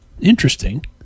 Interesting